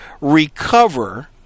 recover